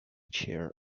chair